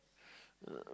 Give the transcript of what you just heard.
um